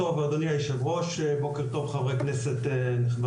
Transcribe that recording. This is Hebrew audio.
בוקר טוב חברי כנסת נכבדים וכל הנוכחים.